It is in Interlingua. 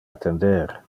attender